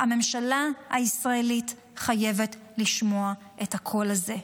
הממשלה הישראלית חייבת לשמוע את הקול הזה.